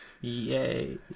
Yay